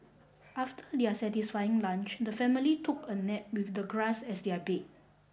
after their satisfying lunch the family took a nap with the grass as their bed